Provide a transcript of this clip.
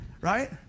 Right